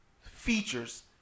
features